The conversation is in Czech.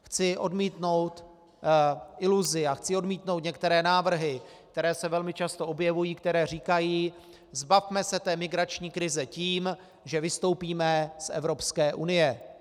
Chci odmítnout iluzi a chci odmítnout některé návrhy, které se velmi často objevují, které říkají: Zbavme se té migrační krize tím, že vystoupíme z Evropské unie.